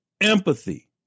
empathy